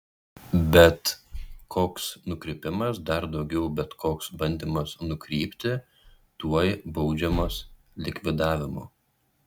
bet koks nukrypimas dar daugiau bet koks bandymas nukrypti tuoj baudžiamas likvidavimu